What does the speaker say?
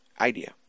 idea